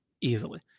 easily